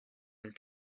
and